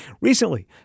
Recently